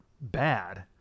bad